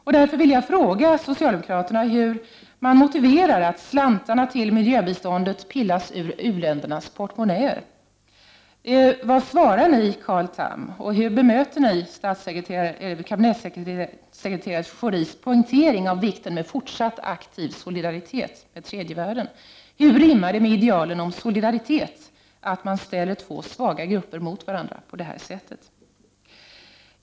Jag vill därför fråga socialdemokraterna hur de motiverar att slantarna till miljöbiståndet pillas ur u-ländernas portmonnäer. Vad svarar ni Carl Tham, och hur bemöter ni kabinettssekreterare Schoris poängtering av vikten av fortsatt aktiv solidaritet med tredje världen? Hur rimmar det med idealen om solida.itet att man ställer två svaga grupper mot varandra på detta sätt?